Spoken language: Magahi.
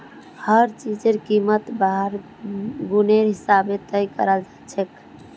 हर चीजेर कीमत वहार गुनेर हिसाबे तय कराल जाछेक